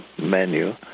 menu